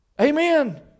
Amen